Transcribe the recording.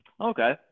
Okay